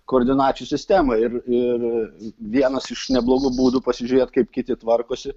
koordinačių sistemą ir ir vienas iš neblogų būdų pasižiūrėt kaip kiti tvarkosi